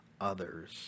others